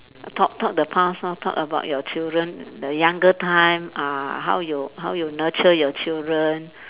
talk talk the past lor talk about your children the younger time uh how you how you nurture your children